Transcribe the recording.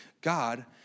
God